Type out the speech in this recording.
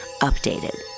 Updated